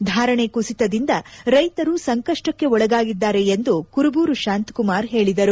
ಧಾರಣೆ ಕುಸಿತದಿಂದ ರೈತರು ಸಂಕಷ್ಪಕ್ಕೆ ಒಳಗಾಗಿದ್ದಾರೆ ಎಂದು ಕುರುಬೂರು ಶಾಂತಕುಮಾರ್ ಹೇಳಿದರು